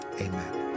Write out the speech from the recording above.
amen